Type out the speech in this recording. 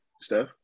Steph